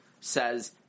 says